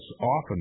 often